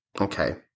Okay